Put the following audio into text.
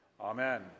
Amen